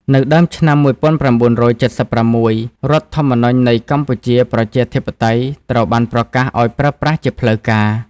នៅដើមឆ្នាំ១៩៧៦ រដ្ឋធម្មនុញ្ញនៃកម្ពុជាប្រជាធិបតេយ្យត្រូវបានប្រកាសឱ្យប្រើប្រាស់ជាផ្លូវការ។